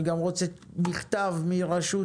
אני גם מבקש מכתב מן הרשות